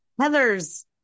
Heather's